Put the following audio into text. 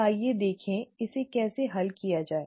तो आइए देखें कि इसे कैसे हल किया जाए